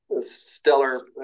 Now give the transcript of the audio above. stellar